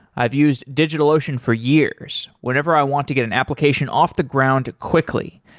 i've used digitalocean for years, whenever i want to get an application off the ground quickly.